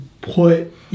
put